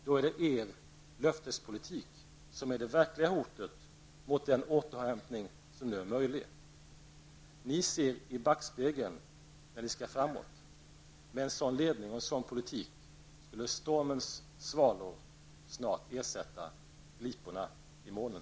Då är det er löftespolitik som är det verkliga hotet mot den återhämtning som nu är möjlig. Ni ser i backspegeln när ni skall framåt. Med en sådan ledning och en sådan politik skulle stormens svalor snart ersätta gliporna i molnen.